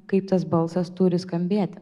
kaip tas balsas turi skambėti